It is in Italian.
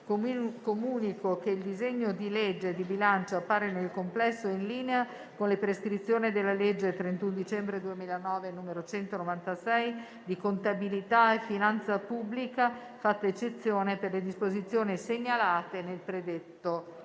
comunico che il disegno di legge di bilancio appare nel complesso in linea con le prescrizioni della legge 31 dicembre 2009 n. 196, di contabilità e finanza pubblica, fatta eccezione per le disposizioni segnalate nel predetto